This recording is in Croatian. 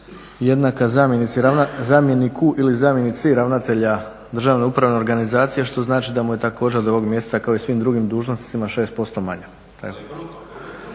jednaka zamjeniku ili zamjenici ravnatelja Državne upravne organizacije što znači da mu je također od ovog mjeseca kao i svim drugim dužnosnicima 6% manja.